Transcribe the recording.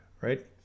right